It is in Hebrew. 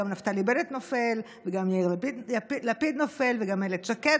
גם נפתלי בנט נופל וגם יאיר לפיד נופל וגם אילת שקד,